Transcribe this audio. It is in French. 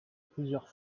plusieurs